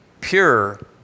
pure